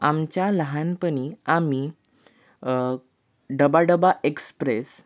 आमच्या लहानपणी आम्ही डबा डबा एक्सप्रेस